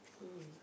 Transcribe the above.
mm